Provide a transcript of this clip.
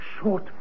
short